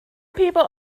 people